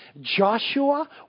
Joshua